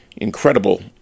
incredible